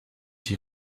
die